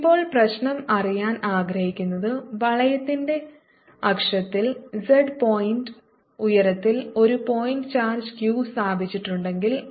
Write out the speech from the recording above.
q2π00Rdr2π0R ഇപ്പോൾ പ്രശ്നം അറിയാൻ ആഗ്രഹിക്കുന്നത് വളയത്തിന്റെ അക്ഷത്തിൽ z പോയിന്റ് ഉയരത്തിൽ ഒരു പോയിന്റ് ചാർജ് q സ്ഥാപിച്ചിട്ടുണ്ടെങ്കിൽ